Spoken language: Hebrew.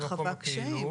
אם חווה קשיים.